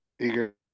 eager